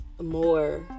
more